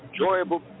enjoyable